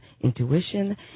intuition